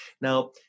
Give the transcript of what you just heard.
Now